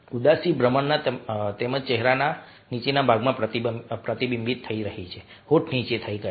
ઉદાસી ભમરમાં તેમજ ચહેરાના નીચેના ભાગમાં પ્રતિબિંબિત થઈ રહી છે હોઠ નીચે થઈ ગયા છે